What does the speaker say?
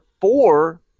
four